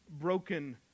broken